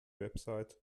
website